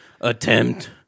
attempt